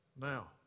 Now